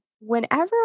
whenever